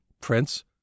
Prince